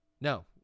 No